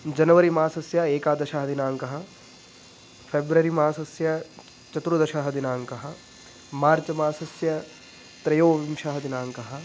जनवरि मासस्य एकादशः दिनाङ्कः फ़ेब्ररि मासस्य चतुर्दशः दिनाङ्कः मार्च् मासस्य त्रयोविंशः दिनाङ्कः